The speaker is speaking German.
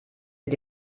mit